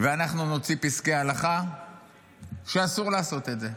ואנחנו נוציא פסקי הלכה שאסור לעשות את זה.